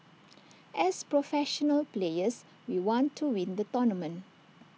as professional players we want to win the tournament